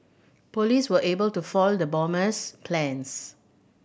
police were able to foil the bomber's plans